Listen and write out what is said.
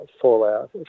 fallout